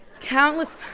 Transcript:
countless